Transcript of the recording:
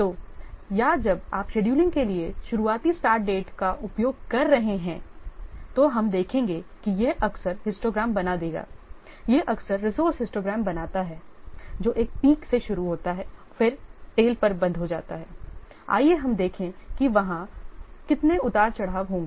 तो या जब आप शेड्यूलिंग के लिए शुरुआती स्टार्ट डेट का उपयोग कर रहे हैं तो हम देखेंगे कि यह अक्सर हिस्टोग्राम बना देगा यह अक्सर रिसोर्से हिस्टोग्राम बनाता है जो एक पीक से शुरू होता है और फिर टेल पर बंद हो जाता है आइए हम देखें कि वहाँ कितने उतार चढ़ाव होंगे